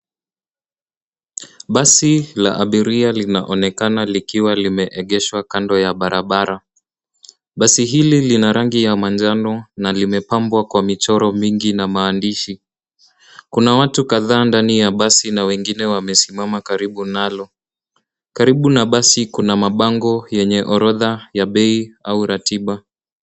Basi la abiria linaonekana likiwa limeegeshwa kando ya barabara. Basi hili lina rangi ya manjano la limepambwa kwa michoro mingi na maandishi. Kuna watu kadhaa ndani ya basi na wengine wamesimama karibu nalo. Karibu na basi kuna mabango yenye orodha ya bei au ratiba.